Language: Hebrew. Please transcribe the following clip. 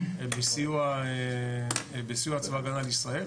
בסיוע צבא הגנה לישראל.